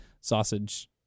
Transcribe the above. sausage